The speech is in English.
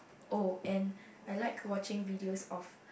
oh and I like watching videos of